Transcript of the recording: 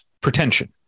pretension